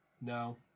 No